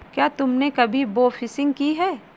क्या तुमने कभी बोफिशिंग की है?